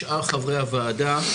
וגם לשאר חברי הוועדה.